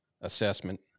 assessment